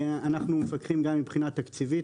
אנחנו מפקחים גם מבחינה תקציבית.